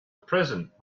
present